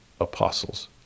apostles